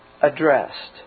addressed